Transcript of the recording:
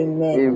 Amen